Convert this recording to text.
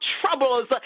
troubles